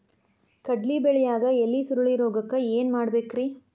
ಕಡ್ಲಿ ಬೆಳಿಯಾಗ ಎಲಿ ಸುರುಳಿರೋಗಕ್ಕ ಏನ್ ಮಾಡಬೇಕ್ರಿ?